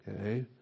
Okay